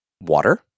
water